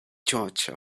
georgia